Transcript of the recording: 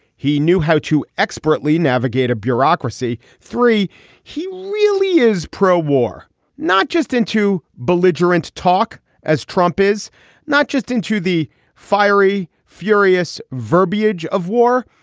he knew how to expertly navigate a bureaucracy. three he really is pro-war not just into belligerent talk as trump is not just into the fiery furious verbiage of war.